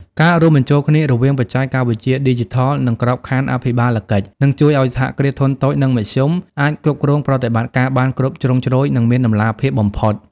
ការរួមបញ្ចូលគ្នារវាងបច្ចេកវិទ្យាឌីជីថល និងក្របខណ្ឌអភិបាលកិច្ច នឹងជួយឱ្យ សហគ្រាសធុនតូច និងមធ្យម អាចគ្រប់គ្រងប្រតិបត្តិការបានគ្រប់ជ្រុងជ្រោយ និងមានតម្លាភាពបំផុត។